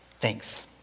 Thanks